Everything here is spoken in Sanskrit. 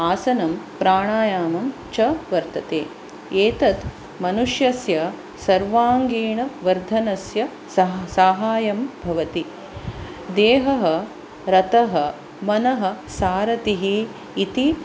आसनं प्राणायामं च वर्तते एतत् मनुष्यस्य सर्वाङ्गीणवर्धनस्य सह् साहाय्यं भवति देहः रथः मनः सारथिः इति